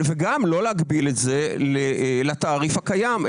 וגם לא להגביל את זה לתעריף הקיים,